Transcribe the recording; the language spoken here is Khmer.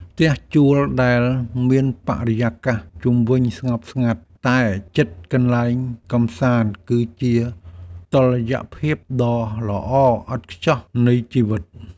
ផ្ទះជួលដែលមានបរិយាកាសជុំវិញស្ងប់ស្ងាត់តែជិតកន្លែងកម្សាន្តគឺជាតុល្យភាពដ៏ល្អឥតខ្ចោះនៃជីវិត។